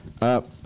up